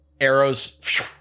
arrows